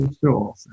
Sure